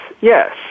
yes